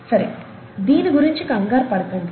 సరే దీని గురించి కంగారు పడకండి